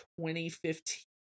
2015